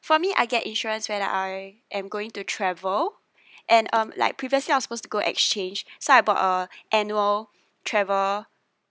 for me I get insurance when I am going to travel and um like previously I was supposed to go exchange so I bought a annual travel